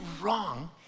wrong